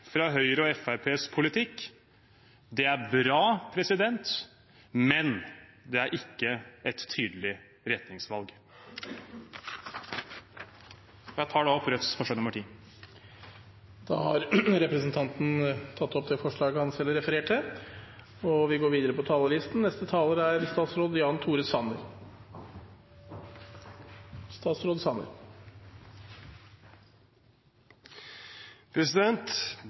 fra Høyre og Fremskrittspartiets politikk. Det er bra, men det er ikke et tydelig retningsvalg. Jeg tar da opp Rødts forslag. Representanten Bjørnar Moxnes har tatt opp det forslaget han refererte til. Den blå-grønne regjeringen er for mangfold i det private, mangfold i barnehagetilbudet. Vi er